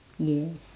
yes